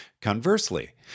Conversely